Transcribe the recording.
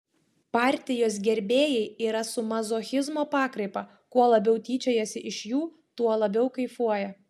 partijos gerbėjai yra su mazochizmo pakraipa kuo labiau tyčiojasi iš jų tuo labiau kaifuoja